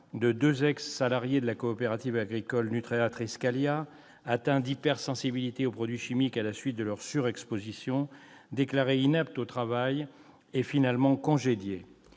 de deux ex-salariés de la coopérative agricole Nutréa-Triskalia, atteints d'hypersensibilité aux produits chimiques à la suite de leur surexposition, déclarés inaptes au travail et finalement congédiés.